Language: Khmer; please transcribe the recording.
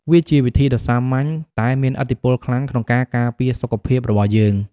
វាជាវិធីដ៏សាមញ្ញតែមានឥទ្ធិពលខ្លាំងក្នុងការការពារសុខភាពរបស់យើង។